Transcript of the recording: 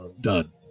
done